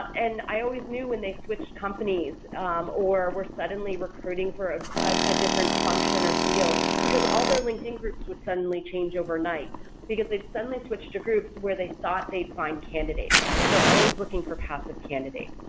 and i always knew when they switched companies or were suddenly recruiting for a different function or field because all their linkedin groups would suddenly change overnight because they've suddenly switch to groups where they thought they'd find candidates because they're always looking for passive candidates.